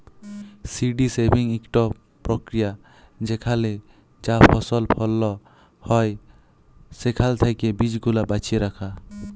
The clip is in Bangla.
সি.ডি সেভিং ইকট পক্রিয়া যেখালে যা ফসল ফলল হ্যয় সেখাল থ্যাকে বীজগুলা বাছে রাখা